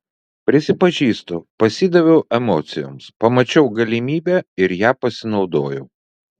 prisipažįstu pasidaviau emocijoms pamačiau galimybę ir ja pasinaudojau